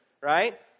Right